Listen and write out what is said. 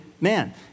man